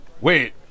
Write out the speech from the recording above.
Wait